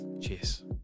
Cheers